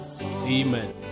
Amen